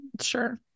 Sure